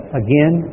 again